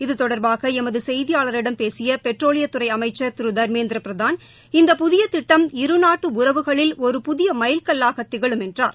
இது தொடர்பாக எமது செய்தியாளரிடம் பேசிய பெட்ரோலியத்துறை அமைச்சர் திரு தர்மேற்திர பிரதான் இந்த புதிய திட்டம் இருநாட்டு உறவுகளில் ஒரு புதிய எமல் கல்லாக திகமும் என்றார்